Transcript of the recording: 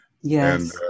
Yes